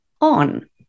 on